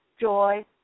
joy